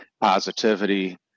positivity